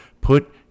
put